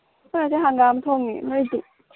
ꯑꯩꯈꯣꯏ ꯉꯁꯤ ꯍꯪꯒꯥꯝ ꯊꯣꯡꯉꯤ ꯅꯣꯏꯒꯤꯗꯤ